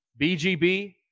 bgb